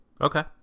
Okay